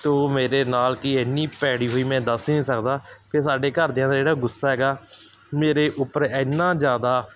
ਤਾਂ ਮੇਰੇ ਨਾਲ ਕੀ ਇੰਨੀ ਭੈੜੀ ਹੋਈ ਮੈਂ ਦੱਸ ਨਹੀਂ ਸਕਦਾ ਕਿ ਸਾਡੇ ਘਰਦਿਆਂ ਦਾ ਜਿਹੜਾ ਗੁੱਸਾ ਹੈਗਾ ਮੇਰੇ ਉੱਪਰ ਇੰਨਾ ਜ਼ਿਆਦਾ